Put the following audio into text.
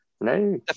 No